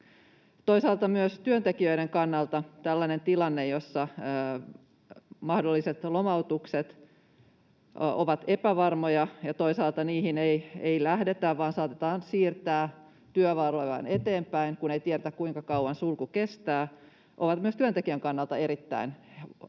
Toisaalta myös työntekijöiden kannalta tällainen tilanne, jossa mahdolliset lomautukset ovat epävarmoja ja toisaalta niihin ei lähdetä vaan saatetaan vain siirtää työvuoroja eteenpäin, kun ei tiedetä, kuinka kauan sulku kestää, on erittäin huono,